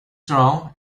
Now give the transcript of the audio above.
strong